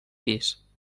pis